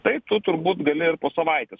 tai tu turbūt gali ir po savaitės